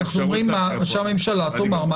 לא, אנחנו אומרים שהממשלה תאמר מה היא רוצה.